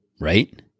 right